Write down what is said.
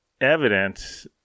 evident